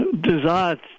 desire